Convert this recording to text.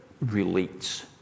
relates